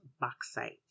bauxite